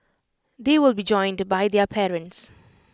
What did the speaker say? they will be joined by their parents